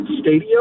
stadium